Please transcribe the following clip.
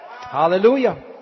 Hallelujah